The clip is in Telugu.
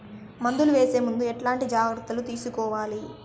మందులు వేసే ముందు ఎట్లాంటి జాగ్రత్తలు తీసుకోవాలి?